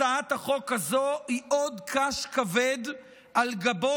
הצעת החוק הזו היא עוד קש כבד על גבו